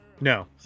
no